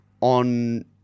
on